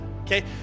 okay